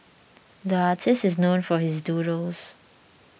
the artist is known for his doodles